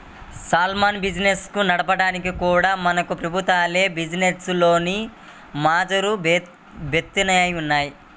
small బిజినెస్లను నడపడానికి కూడా మనకు ప్రభుత్వాలే బిజినెస్ లోన్లను మంజూరు జేత్తన్నాయి